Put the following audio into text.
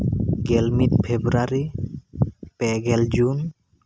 ᱜᱮᱞ ᱢᱤᱫ ᱯᱷᱮᱵᱽᱨᱩᱣᱟᱨᱤ ᱯᱮᱜᱮᱞ ᱡᱩᱱ